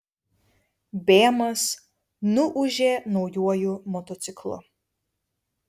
bėmas nuūžė naujuoju motociklu